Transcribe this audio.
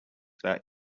that